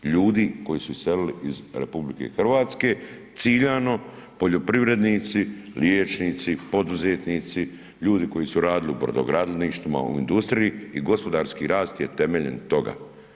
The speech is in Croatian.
Ljudi koji su iselili iz RH ciljano, poljoprivrednici, liječnici, poduzetnici, ljudi koji su radili u brodogradilištima, u industriji i gospodarski rast je temeljem toga.